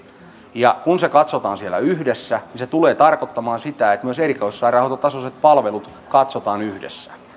ja kun se katsotaan siellä yhdessä niin se tulee tarkoittamaan sitä että myös erikoissairaanhoitotasoiset palvelut katsotaan yhdessä